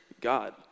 God